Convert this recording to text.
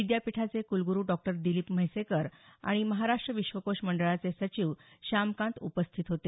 विद्यापीठाचे कुलगुरू डॉ दिलीप म्हैसेकर आणि महाराष्ट्र विश्वकोश मंडळाचे सचिव श्यामकांत उपस्थित होते